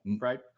right